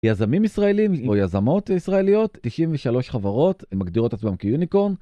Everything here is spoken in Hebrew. יזמים ישראלים או יזמות ישראליות, 93 חברות, הם מגדירות עצמם כיוניקורן.